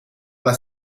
alla